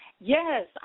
Yes